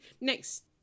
next